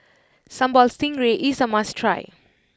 Sambal Stingray is a must try